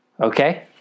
Okay